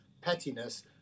pettiness